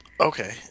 Okay